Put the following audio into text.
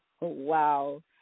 Wow